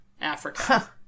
Africa